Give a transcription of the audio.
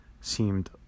seemed